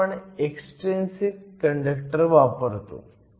म्हणून आपण extrinsic conductor वापरतो